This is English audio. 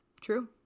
True